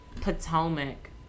Potomac